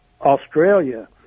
Australia